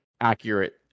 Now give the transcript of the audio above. accurate